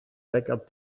backup